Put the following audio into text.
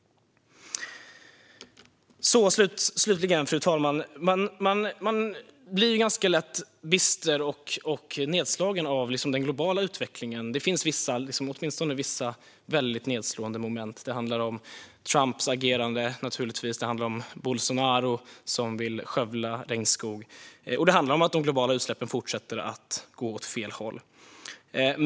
Slutligen, fru talman, blir man lätt bister och nedslagen av den globala utvecklingen. Det finns vissa väldigt nedslående inslag: Trumps agerande, Bolsonaro som vill skövla regnskog och de globala utsläppen som fortsätter att gå åt fel håll.